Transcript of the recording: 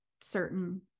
certain